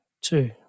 two